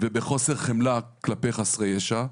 ובחוסר חמלה כלפי חסר ישע.